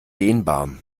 dehnbar